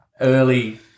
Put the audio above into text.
early